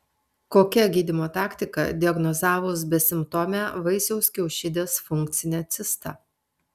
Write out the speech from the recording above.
kokia gydymo taktika diagnozavus besimptomę vaisiaus kiaušidės funkcinę cistą